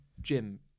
Jim